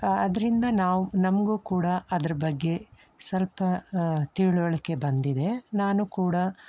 ಅದರಿಂದ ನಾವು ನಮಗೂ ಕೂಡ ಅದರ ಬಗ್ಗೆ ಸ್ವಲ್ಪ ತಿಳುವಳಿಕೆ ಬಂದಿದೆ ನಾನು ಕೂಡ